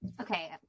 okay